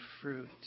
fruit